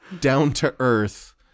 down-to-earth –